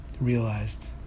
realized